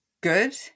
good